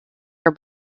were